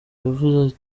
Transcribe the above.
yavuze